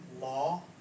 law